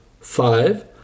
Five